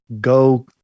go